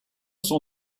son